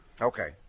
Okay